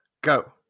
go